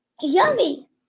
Yummy